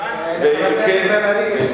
חבר הכנסת בן-ארי,